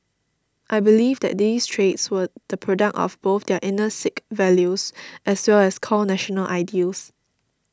I believe that these traits were the product of both their inner Sikh values as well as core national ideals